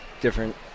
Different